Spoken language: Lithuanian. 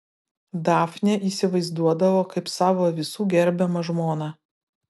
dafnę įsivaizduodavo kaip savo visų gerbiamą žmoną